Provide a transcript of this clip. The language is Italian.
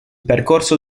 percorso